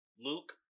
Luke